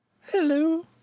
Hello